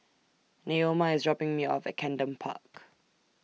Neoma IS dropping Me off At Camden Park